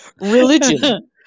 religion